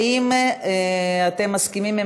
האם אתם מסכימים עם